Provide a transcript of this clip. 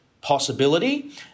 possibility